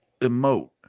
emote